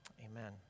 amen